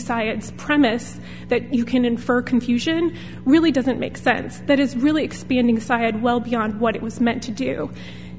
science premise that you can infer confusion really doesn't make sense that it's really expanding side well beyond what it was meant to do